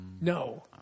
No